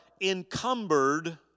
encumbered